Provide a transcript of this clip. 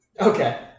Okay